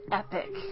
epic